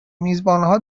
میزبانها